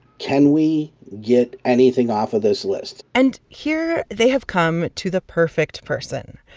can we get anything off of this list? and here, they have come to the perfect person.